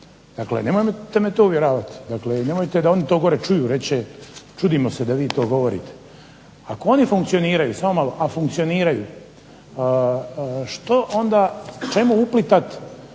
Dakle, nemojte me to uvjeravati, nemojte da oni to gore čuju, reći će čudi me se da vi to govorite. Ako oni funkcioniraju, samo malo, a funkcioniranju čemu uplitati